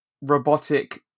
robotic